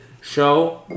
show